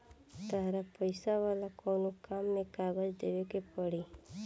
तहरा पैसा वाला कोनो काम में कागज देवेके के पड़ी